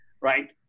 right